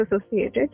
associated